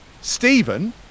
Stephen